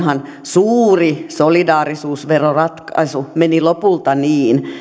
suuri solidaarisuusveroratkaisuhan meni lopulta niin